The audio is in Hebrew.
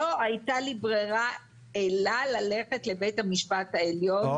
לא הייתה לי ברירה אלא ללכת לבית המשפט העליון,